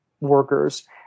workers